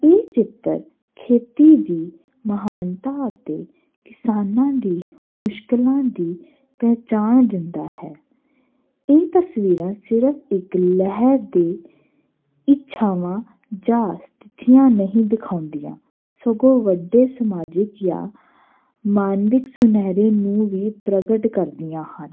ਇਹ ਚਿੱਤਰ ਖੇਤੀ ਦੀ ਮਹਾਨਤਾ ਅਤੇ ਕਿਸਾਨਾਂ ਦੀ ਮੁਸ਼ਕਲਾਂ ਦੀ ਪਹਿਚਾਣ ਦਿੰਦਾ ਹੈ ਇਹ ਤਸਵੀਰਾਂ ਸਿਰਫ ਇੱਕ ਲਹਿਰ ਦੇ ਇੱਛਾਵਾਂ ਜਾਂ ਸਥਿਤੀਆਂ ਨਹੀਂ ਦਿਖਾਉਂਦੀਆਂ ਸਗੋਂ ਵੱਡੇ ਸਮਾਜਿਕ ਜਾਂ ਮਾਨਵਿਕ ਸੁਨਹਿਰੇ ਨੂੰ ਵੀ ਪ੍ਰਗਟ ਕਰਦੀਆਂ ਹਨ